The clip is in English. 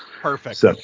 Perfect